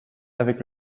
avec